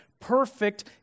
perfect